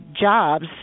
jobs